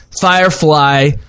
Firefly